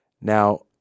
Now